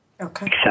Okay